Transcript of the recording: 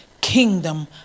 kingdom